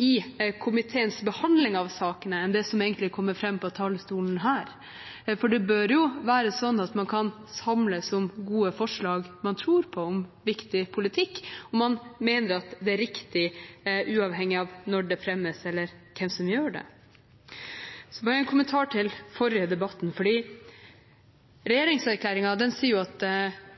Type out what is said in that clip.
i komiteens behandling av sakene enn det som egentlig har kommet fram på talerstolen her. For det bør jo være sånn at man kan samles om gode forslag man tror på om viktig politikk, om man mener de er riktige, uavhengig av når de fremmes, eller hvem som gjør det. Bare en kommentar til forrige debatt: Regjeringserklæringen sier at